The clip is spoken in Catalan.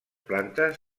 plantes